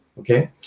Okay